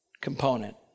component